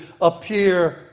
appear